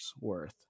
worth